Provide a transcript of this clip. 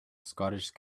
scottish